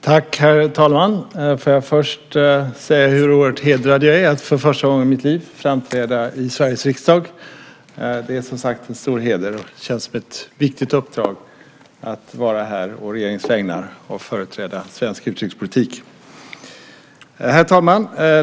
Herr talman! Låt mig först säga hur oerhört hedrad jag är över att för första gången i mitt liv få framträda i Sveriges riksdag. Det är en stor heder, och det känns som ett viktigt uppdrag att vara här å regeringens vägnar och företräda svensk utrikespolitik. Herr talman!